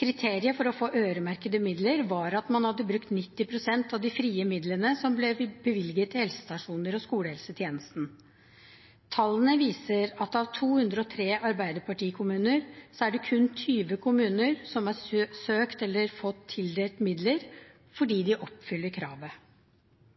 Kriteriet for å få øremerkede midler var at man hadde brukt 90 pst. av de frie midlene som ble bevilget til helsestasjoner og skolehelsetjenesten. Tallene viser at av 203 arbeiderpartikommuner, er det kun 20 kommuner som har søkt, eller fått tildelt midler, fordi de oppfyller kravet.